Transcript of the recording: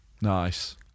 Nice